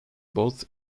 both